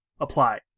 Apply